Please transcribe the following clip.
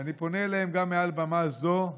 ואני פונה אליהם גם מעל במה זו: